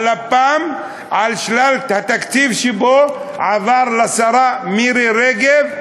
הלפ"מ על שלל התקציב שבו עבר לשרה מירי רגב,